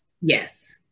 yes